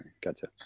Gotcha